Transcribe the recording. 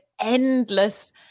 endless